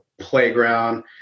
playground